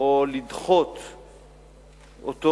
או לדחות אותו.